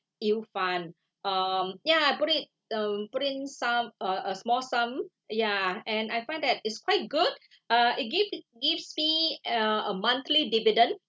yield fund um ya put it um put in some uh a small sum ya and I find that it's quite good uh it give gives me uh a monthly dividend